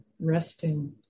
resting